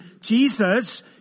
Jesus